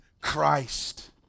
Christ